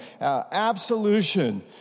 absolution